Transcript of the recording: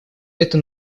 это